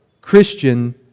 Christian